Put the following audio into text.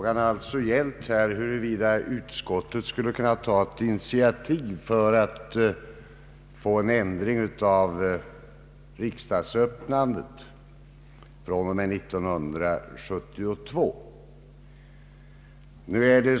Herr talman! Frågan har alltså gällt huruvida utskottet skulle kunna ta ett initiativ för att få en ändring av riksdagsöppnandet från och med 1972.